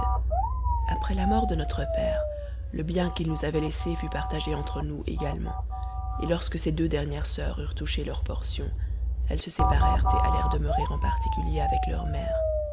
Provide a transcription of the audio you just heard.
après la mort de notre père le bien qu'il nous avait laissé fut partagé entre nous également et lorsque ces deux dernières soeurs eurent touché leur portion elles se séparèrent et allèrent demeurer en particulier avec leur mère